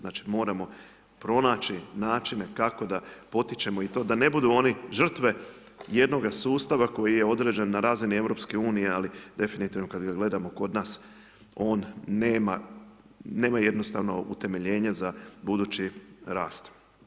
Znači moramo pronaći načine, kako da potičemo i to, da ne budu oni žrtve jednoga sustava, koji je određen na razini EU, ali definitivno kada gledamo kod nas, on nema jednostavno utemeljenje za budući rast.